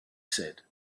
said